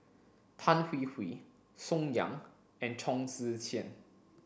Tan Hwee Hwee Song Yeh and Chong Tze Chien